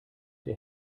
der